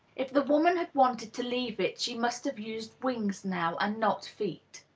if the woman had wanted to leave it she must have used wings, now, and not feet.